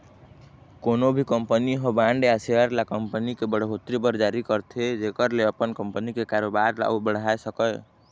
कोनो भी कंपनी ह बांड या सेयर ल कंपनी के बड़होत्तरी बर जारी करथे जेखर ले अपन कंपनी के कारोबार ल अउ बढ़ाय सकय